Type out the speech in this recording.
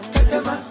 Tetema